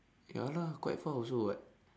ya lah quite far also [what]